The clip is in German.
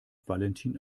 valentin